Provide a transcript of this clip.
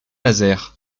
nazaire